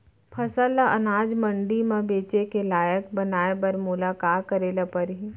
फसल ल अनाज मंडी म बेचे के लायक बनाय बर मोला का करे ल परही?